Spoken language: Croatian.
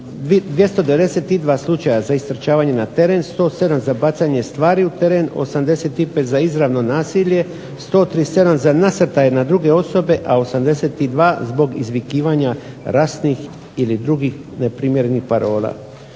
292 slučaja za istrčavanje na teren, 107 za bacanje stvari u teren, 85 za izravno nasilje, 137 za nasrtaje na druge osobe, a 82 zbog izvikivanja rasnih ili drugih neprimjerenih parola.